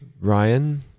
Ryan